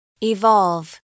evolve